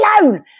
alone